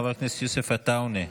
חבר הכנסת יוסף עטאונה,